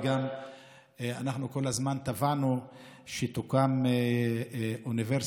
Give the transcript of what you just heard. וגם אנחנו כל הזמן תבענו שתוקם אוניברסיטה